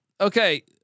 Okay